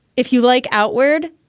if you'd like outward,